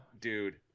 dude